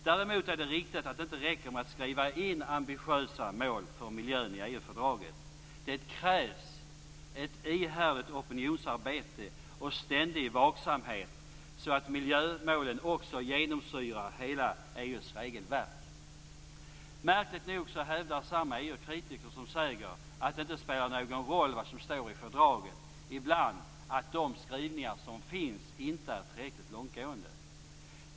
Däremot är det riktigt att det inte räcker med att skriva in ambitiösa mål för miljön i EU-fördraget. Det krävs ett ihärdigt opinionsarbete och ständig vaksamhet så att miljömålen också genomsyrar hela EU:s regelverk. Märkligt nog hävdar samma EU-kritiker som säger att det inte spelar någon roll vad som står i fördraget ibland att de skrivningar som finns inte är tillräckligt långtgående.